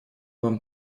вам